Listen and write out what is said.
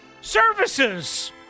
services